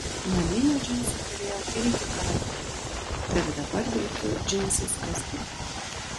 naminių džinsų turėjau ir iki karantino bet dabar vilkiu džinsais kasdien